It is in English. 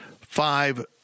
five